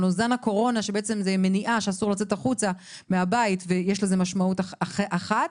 שיש מניעה לצאת מהבית ויש לזה משמעות אחת.